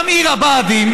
גם עיר הבה"דים